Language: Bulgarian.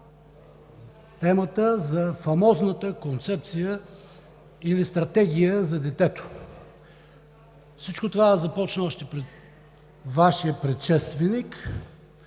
темата за фамозната Концепция или Стратегия за детето. Всичко това започна още при Вашия предшественик,